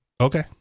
Okay